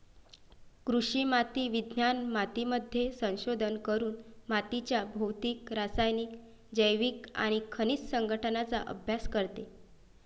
कृषी माती विज्ञान मातीमध्ये संशोधन करून मातीच्या भौतिक, रासायनिक, जैविक आणि खनिज संघटनाचा अभ्यास करते